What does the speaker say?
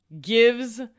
gives